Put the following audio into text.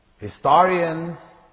Historians